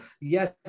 yes